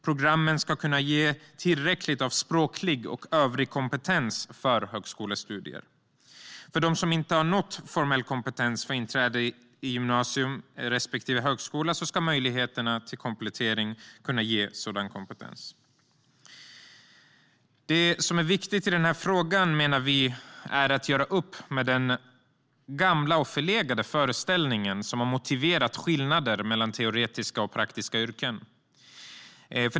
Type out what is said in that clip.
Programmen ska kunna ge tillräcklig språklig och övrig kompetens för högskolestudier. För dem som inte har nått formell kompetens för inträde i gymnasium respektive högskola ska möjligheterna till komplettering kunna ge sådan kompetens. Det som är viktigt i den här frågan, menar vi, är att göra upp med den gamla och förlegade föreställningen, som har motiverat skillnader mellan teoretiska och praktiska yrken.